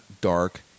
dark